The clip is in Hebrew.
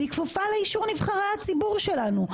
והיא כפופה לאישור נבחרי הציבור שלנו.